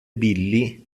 billy